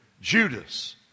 Judas